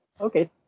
okay